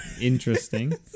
Interesting